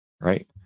Right